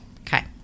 Okay